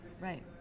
right